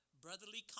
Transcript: Brotherly